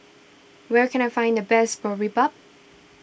where can I find the best Boribap